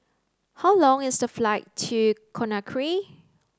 how long is the flight to Conakry